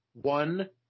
One